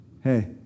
hey